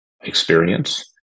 experience